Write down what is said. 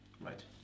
Right